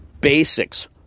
Basics